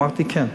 אמרתי, כן.